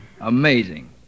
Amazing